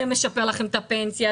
זה משפר לכם את הפנסיה,